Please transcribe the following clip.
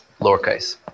lowercase